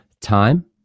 time